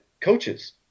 coaches